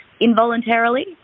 involuntarily